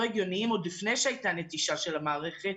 הגיוניים עוד לפני שהייתה נטישה של המערכת?